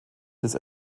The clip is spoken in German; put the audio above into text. des